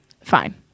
Fine